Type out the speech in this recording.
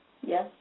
Yes